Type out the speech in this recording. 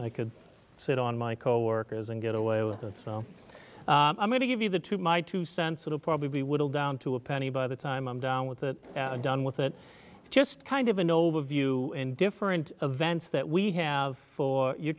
i could sit on my coworkers and get away with it so i'm going to give you the to my two cents it'll probably be whittled down to a penny by the time i'm done with it done with it just kind of an overview in different events that we have for your